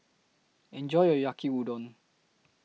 Enjoy your Yaki Udon